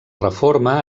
reforma